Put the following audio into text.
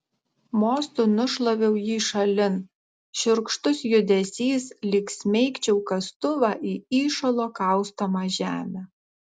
mostu nušlaviau jį šalin šiurkštus judesys lyg smeigčiau kastuvą į įšalo kaustomą žemę